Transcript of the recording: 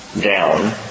down